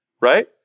right